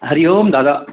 हरी ओम दादा